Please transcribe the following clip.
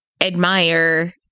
admire